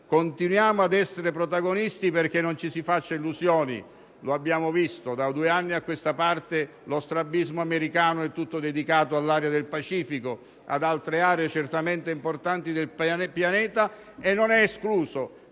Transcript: Continuiamo ad essere protagonisti perché non ci si faccia illusioni. Lo abbiamo visto; da due anni a questa parte lo strabismo americano è tutto dedicato all'area del Pacifico, ad altre aree certamente importanti del pianeta, e non è escluso